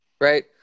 Right